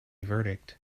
verdict